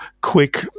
quick